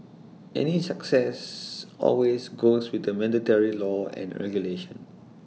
any success always goes with the mandatory law and regulation